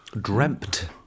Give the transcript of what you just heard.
dreamt